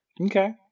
Okay